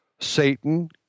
Satan